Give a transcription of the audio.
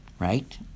Right